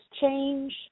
change